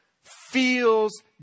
feels